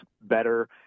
better